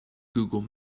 google